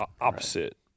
opposite